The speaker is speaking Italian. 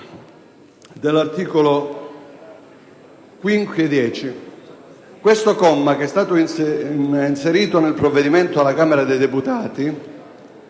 dell'articolo 1. Questo comma, che è stato inserito nel provvedimento dalla Camera dei deputati,